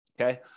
Okay